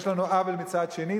יש לנו עוול מצד שני,